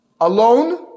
alone